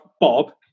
bob